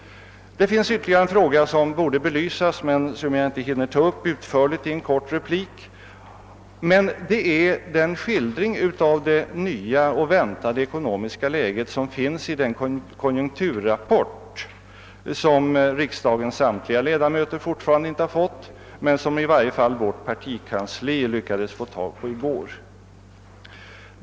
Det finns ytterligare en fråga som borde belysas men som här inte hinner tas upp utförligt i en kort replik. Det är den skildring av det nya och väntade ekonomiska läget som finns i den konjunkturrapport som riksdagens ledamöter fortfarande inte fått, men som i varje fall vårt partikansli lyckats få tag på i går.